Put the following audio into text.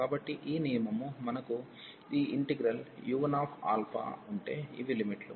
కాబట్టి ఈ నియమము మనకు ఈ ఇంటిగ్రల్ u1ఉంటే ఇవి లిమిట్ లు